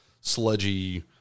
sludgy